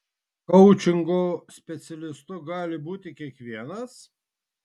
koučingo specialistu gali būti kiekvienas